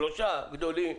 שלושה גדולים,